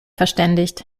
verständigt